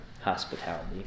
hospitality